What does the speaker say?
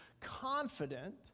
confident